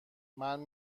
وقتی